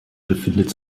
befindet